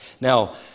Now